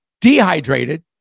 dehydrated